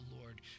Lord